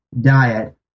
diet